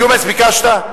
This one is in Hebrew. ג'ומס, ביקשת?